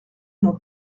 mon